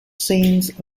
scenes